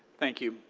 thank you.